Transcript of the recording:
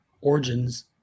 origins